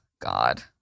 god